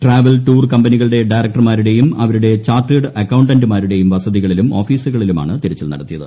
travel tour കമ്പനികളുടെ പ്രസ്യറക്ടർമാരുടെയും അവരുടെ ചാർട്ടേഡ് അക്കൌണ്ട് ന്റുമാരുടെയും വസതികളിലും ഓഫീസുകളിലുമാണ് കൃതിരിച്ചിൽ നടത്തിയത്